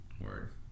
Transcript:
Word